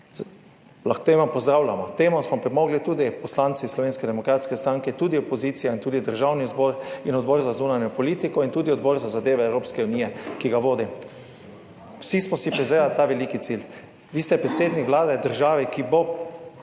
narodov. To pozdravljamo. K temu smo pripomogli tudi poslanci Slovenske demokratske stranke, tudi opozicija in tudi Državni zbor in Odbor za zunanjo politiko in tudi Odbor za zadeve Evropske unije, ki ga vodim. Vsi smo si prizadevali za ta veliki cilj. Vi ste predsednik vlade države, ki bo